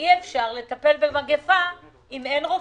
שאי אפשר לטפל במגפה אם אין רופאים,